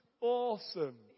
Awesome